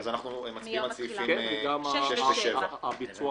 אנחנו מצביעים על סעיפים 6 ו-7, בנוסח